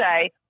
say